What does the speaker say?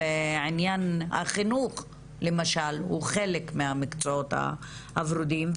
עניין החינוך למשל הוא חלק מהמקצועות הוורודים.